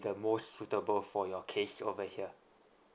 the most suitable for your case over here